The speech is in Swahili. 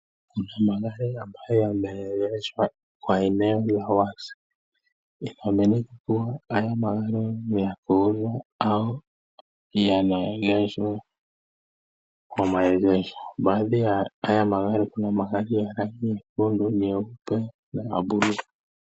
Kuna magari ambayo yameengeshwa kwa eneo la wazi . Yanaonekana kuwa haya magari ni kuuzwa au yanaegezwa kwa maegesho. Baadi ya haya magari kuna magari ya rangi ya nyeupe nyekundu na ya buluu.